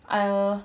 I err